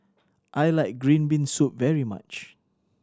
I like green bean soup very much